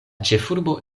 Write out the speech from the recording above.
ĉefurbo